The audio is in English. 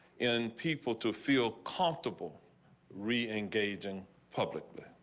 and people to feel comfortable re engage in public.